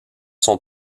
sont